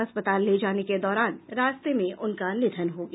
अस्पताल ले जाने के दौरान रास्ते में उनका निधन हो गया